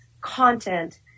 content